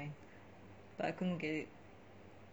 but I couldn't get it